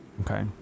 Okay